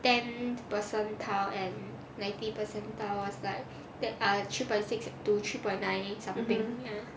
ten percentile and ninety percentile was like err three point six to three point nine something ya